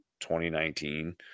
2019